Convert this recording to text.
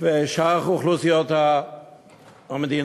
לשאר אוכלוסיות המדינה.